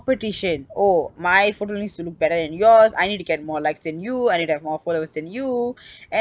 competition oh my photo needs to look better than yours I need to get more likes than you I need to have more followers than you and